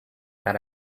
that